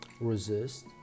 resist